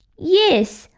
yes.